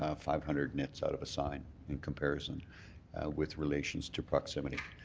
ah five hundred nits out of a sign in comparison with relations to proximity?